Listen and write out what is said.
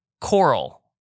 coral